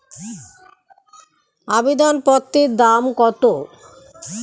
আবেদন পত্রের দাম কত?